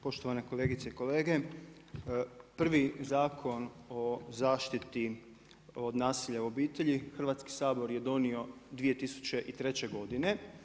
Poštovane kolegice i kolege, prvi Zakon o zaštiti od nasilja u obitelji Hrvatski sabor je donio 2003. godine.